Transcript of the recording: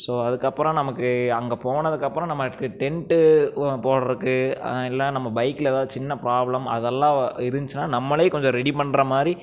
so அதுக்கப்புறம் நமக்கு அங்கே போனதுக்கப்புறம் நமக்கு டென்ட்டு போடுறதுக்கு இல்லை நம்ம பைக்கில் எதாவது சின்ன ப்ராப்ளம் அதெல்லாம் இருந்துச்சுனா நம்மளே கொஞ்சம் ரெடி பண்ணுற மாதிரி